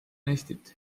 eestit